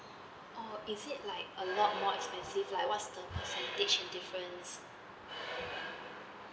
oh it is like a lot more expensive like what's the percentage and difference